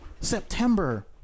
september